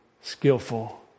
skillful